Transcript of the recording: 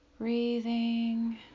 Breathing